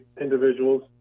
individuals